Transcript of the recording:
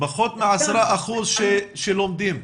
פחות מ-10% שלומדים?